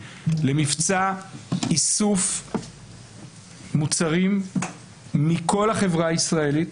למבצע איסוף מוצרים מכל החברה הישראלית,